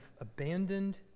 abandoned